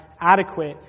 adequate